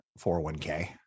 401k